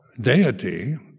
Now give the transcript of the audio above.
deity